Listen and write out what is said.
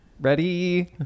Ready